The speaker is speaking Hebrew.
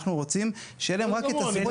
אנחנו רוצים שיהיה להם רק את --- אדוני,